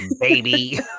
baby